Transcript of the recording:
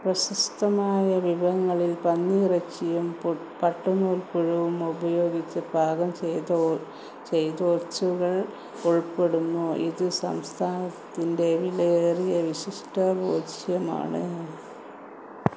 പ്രശസ്തമായ വിഭവങ്ങളിൽ പന്നിയിറച്ചിയും പു പട്ടുനൂൽപ്പുഴുവും ഉപയോഗിച്ച് പാകം ചെയ്ത ഒ ചെയ്ത ഒച്ചുകൾ ഉൾപ്പെടുന്നു ഇത് സംസ്ഥാനത്തിൻ്റെ വിലയേറിയ വിശിഷ്ട ഭോജ്യമാണ്